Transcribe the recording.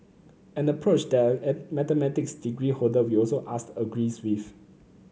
an approach that are a mathematics degree holder we also asked agrees with